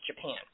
Japan